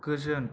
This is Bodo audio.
गोजोन